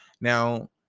now